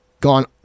gone